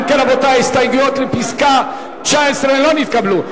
ההסתייגות לא נתקבלה.